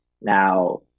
Now